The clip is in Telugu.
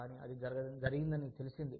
కానీ అది జరిగిందని తెలిసింది